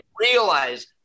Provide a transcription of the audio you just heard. realize